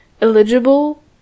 eligible